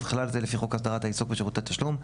ובכלל זה לפי חוק הסדרת העיסוק בשירותי תשלום,